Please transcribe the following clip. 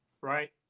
right